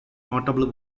notable